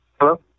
Hello